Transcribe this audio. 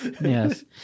Yes